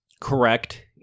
correct